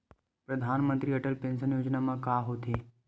परधानमंतरी अटल पेंशन योजना मा का होथे?